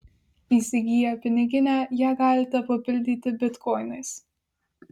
įsigiję piniginę ją galite papildyti bitkoinais